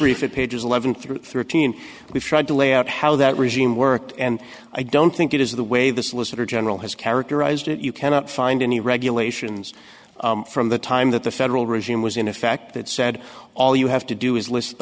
refit pages eleven through thirteen we've tried to lay out how that regime worked and i don't think it is the way the solicitor general has characterized it you cannot find any regulations from the time that the federal regime was in effect that said all you have to do is list the